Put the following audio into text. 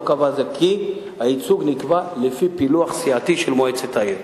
כי הייצוג נקבע לפי פילוח סיעתי של מועצת העיר.